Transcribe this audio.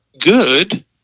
good